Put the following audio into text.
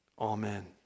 Amen